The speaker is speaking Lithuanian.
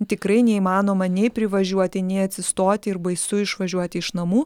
tikrai neįmanoma nei privažiuoti nei atsistoti ir baisu išvažiuoti iš namų